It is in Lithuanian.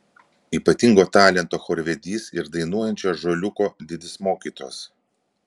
ypatingo talento chorvedys ir dainuojančio ąžuoliuko didis mokytojas